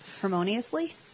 Harmoniously